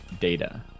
data